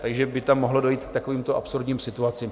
Takže by tam mohlo dojít k takovýmto absurdním situacím.